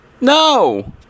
No